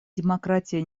демократия